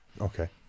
Okay